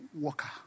worker